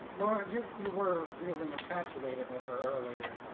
you know were really infatuated with her earlier,